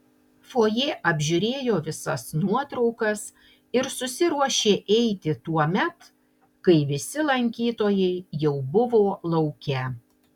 fojė apžiūrėjo visas nuotraukas ir susiruošė eiti tuomet kai visi lankytojai jau buvo lauke